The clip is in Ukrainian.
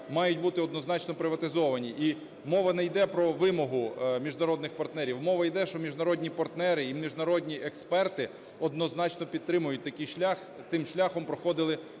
мають бути однозначно приватизовані. І мова не йде про вимогу міжнародних партнерів, мова йде, що міжнародні партнери і міжнародні експерти однозначно підтримують такий шлях. Тим шляхом проходили